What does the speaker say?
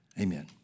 Amen